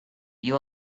you